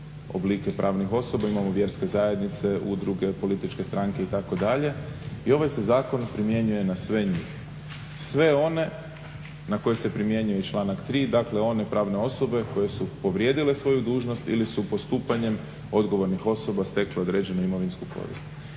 oblike pravnih osoba, imamo vjerske zajednice, udruge, političke stranke itd. i ovaj se zakon primjenjuje na sve njih. Sve one na koje se primjenjuje i članak 3. Dakle one pravne osobe koje su povrijedile svoju dužnost ili su postupanjem odgovornih osoba stekle određenu imovinsku korist.